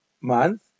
month